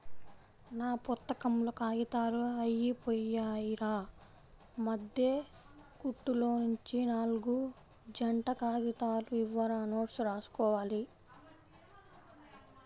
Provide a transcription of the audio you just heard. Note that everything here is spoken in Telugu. నా పుత్తకంలో కాగితాలు అయ్యిపొయ్యాయిరా, మద్దె కుట్టులోనుంచి నాల్గు జంట కాగితాలు ఇవ్వురా నోట్సు రాసుకోవాలి